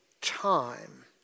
time